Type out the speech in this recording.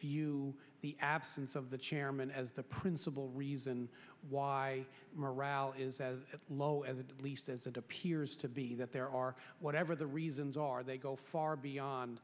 view the absence of the chairman as the principal reason why morale is as low as it least as it appears to be that there are whatever the reasons are they go far beyond